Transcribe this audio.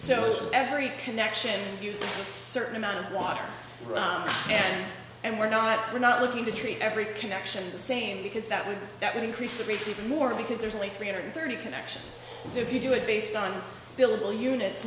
so every connection and use a certain amount of water run and we're not we're not looking to treat every connection the same because that would that would increase the breach even more because there's only three hundred thirty connections if you do it based on billable units